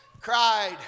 cried